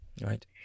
Right